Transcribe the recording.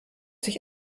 sich